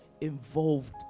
involved